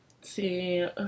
see